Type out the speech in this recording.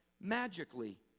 magically